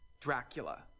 Dracula